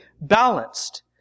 balanced